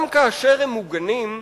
גם כאשר הם מוגנים,